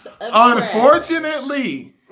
unfortunately